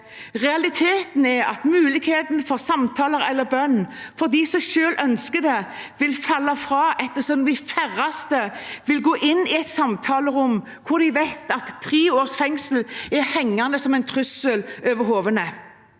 Realiteten er at muligheten for samtaler eller bønn for dem som selv ønsker det, vil falle bort ettersom de færreste vil gå inn i et samtalerom hvor man vet at tre års fengsel henger som en trussel over hodet